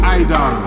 idol